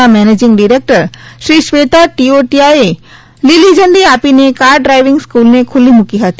નામેનેજીંગ director Shri Shweta ટીઓટીયાએ લીલી ઝંડી આપીને કારડ્રાઈવિંગ સ્કૂલને ખુલ્લી મૂકી હતી